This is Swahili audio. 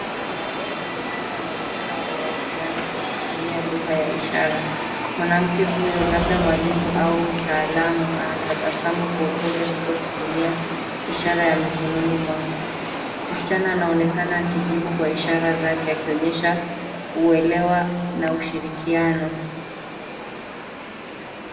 Mwanamke na msichana wanaonekana wakiwasiliana kwa kutumia lugha ya ishara. Mwanamke huyu labda mwalimu au mtaalamu anatabasamu kwa upole huku akitumia ishara ya mikononi mwake. Msichana anaonekana akijibu kwa ishara zake akionyesha uelewa na ushirikiano.